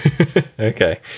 okay